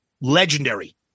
legendary